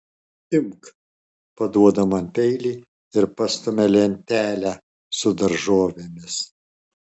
imk paduoda man peilį ir pastumia lentelę su daržovėmis